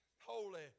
holy